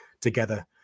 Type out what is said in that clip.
together